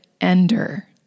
ender